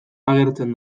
agertzen